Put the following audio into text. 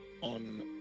on